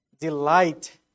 Delight